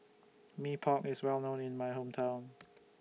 Mee Pok IS Well known in My Hometown